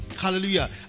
Hallelujah